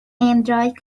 android